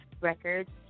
Records